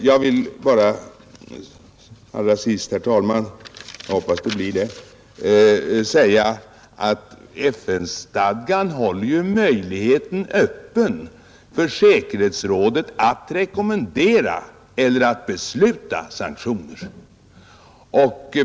Jag vill allra sist — jag hoppas att det blir det sista jag säger i denna debatt — framhålla att FN-stadgan håller möjligheten öppen för säkerhetsrådet att rekommendera eller besluta om sanktioner.